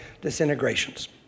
disintegrations